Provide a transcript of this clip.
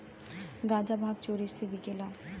गांजा भांग चोरी से बिकेला